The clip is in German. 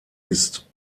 ist